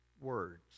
words